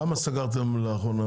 כמה סניפים סגרתם לאחרונה?